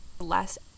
less